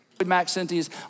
Maxentius